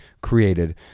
created